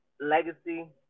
legacy